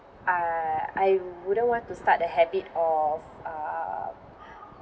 uh I wouldn't want to start the habit of uh